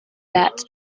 that